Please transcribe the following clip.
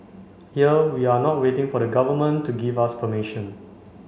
here we are not waiting for the Government to give us permission